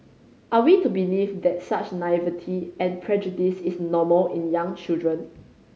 are we to believe that such naivety and prejudice is normal in young children